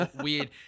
weird